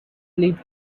leave